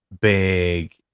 big